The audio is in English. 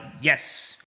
Yes